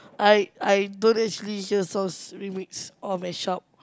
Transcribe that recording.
I I don't actually just sells remix on my shop